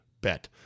bet